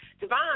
Devon